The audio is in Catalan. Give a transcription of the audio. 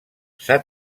s’ha